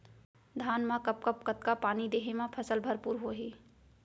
धान मा कब कब कतका पानी देहे मा फसल भरपूर होही?